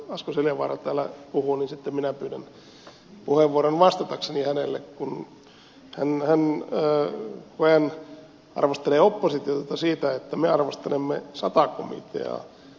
asko seljavaara täällä puhuu niin sitten minä pyydän puheenvuoron vastatakseni hänelle kun hän arvostelee oppositiota siitä että me arvostelemme sata komiteaa